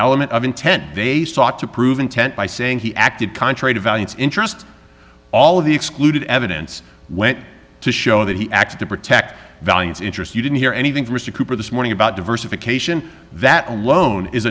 element of intent they sought to prove intent by saying he acted contrary to valiance interest all of the excluded evidence went to show that he acted to protect valiance interests you didn't hear anything from mr cooper this morning about diversification that alone is